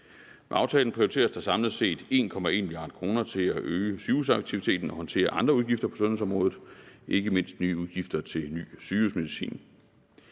aftalen prioriteres der samlet set 1,1 mia. kr. til at øge sygehusaktiviteten og håndtere andre udgifter på sundhedsområdet, ikke mindst nye udgifter til ny sygehusmedicin.